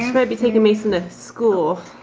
yeah might be taking mason to school.